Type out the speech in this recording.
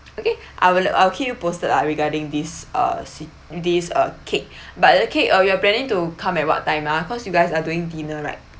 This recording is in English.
okay I will I will keep you posted ah regarding this uh this uh cake but the cake uh you are planning to come at what time ah cause you guys are doing dinner right